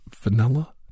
Vanilla